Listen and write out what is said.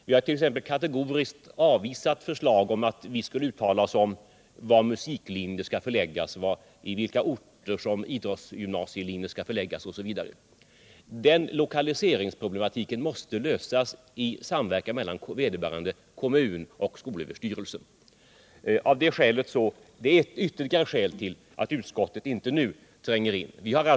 Vi har t.ex. kategoriskt avvisat förslag att vi skulle uttala oss om till vilka orter musiklinjer skall förläggas, till vilka orter idrottsgymnasielinjer skall förläggas osv. Den lokaliseringsproblematiken måste lösas i samverkan mellan vederbörande kommun och SÖ. Det är ytterligare ett skäl till att utskottet inte nu tränger in i den frågan.